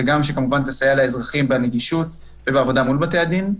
וגם שכמובן תסייע לאזרחים בנגישות ובעבודה מול בתי הדין.